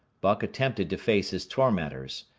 buck attempted to face his tormentors.